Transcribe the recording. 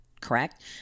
correct